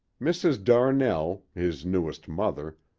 mrs. darnell, his newest mother,